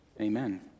Amen